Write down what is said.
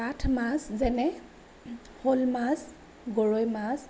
কাঠ মাছ যেনে শ'ল মাছ গৰৈ মাছ